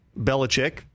Belichick